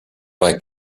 bei